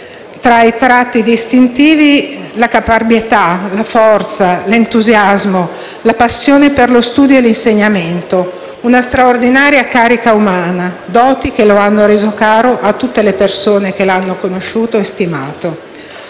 desidero ricordare la caparbietà, la forza, l'entusiasmo, le passioni per lo studio e l'insegnamento, una straordinaria carica umana: doti che lo hanno reso caro a tutte le persone che l'hanno conosciuto e stimato.